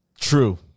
True